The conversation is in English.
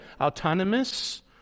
Autonomous